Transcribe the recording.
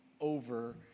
over